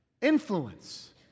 influence